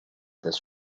this